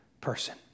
person